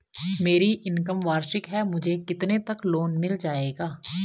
मेरी इनकम वार्षिक है मुझे कितने तक लोन मिल जाएगा?